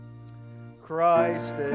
Christ